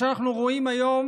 היום